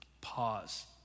pause